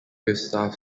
gustav